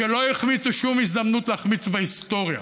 שלא החמיצו שום הזדמנות להחמיץ בהיסטוריה,